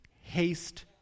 Haste